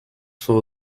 for